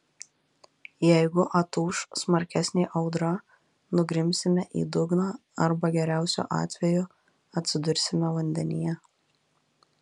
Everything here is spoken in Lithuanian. jeigu atūš smarkesnė audra nugrimsime į dugną arba geriausiu atveju atsidursime vandenyje